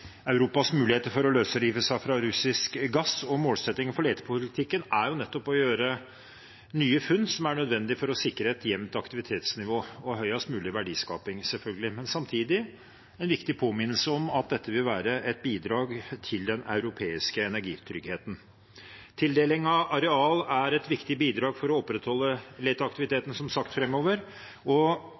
Europas muligheter for å løsrive seg fra russisk gass. Målsettingen for letepolitikken er nettopp å gjøre nye funn, som er nødvendig for å sikre et jevnt aktivitetsnivå og høyest mulig verdiskaping, selvfølgelig. Samtidig er det en viktig påminnelse om at det vil være et bidrag til den europeiske energitryggheten. Tildeling av areal er et viktig bidrag for å opprettholde leteaktiviteten framover, som sagt. For å få en hensiktsmessig utforskning av både modne og